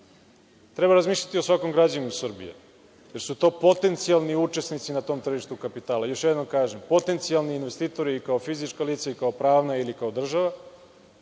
treba razmišljati o svakom građaninu Srbije, jer su to potencijalni učesnici na tom tržištu kapitala, još jednom kažem, potencijalni investitori i kao fizička lica i kao pravna ili kao država